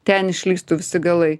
ten išlįstų visi galai